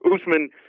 Usman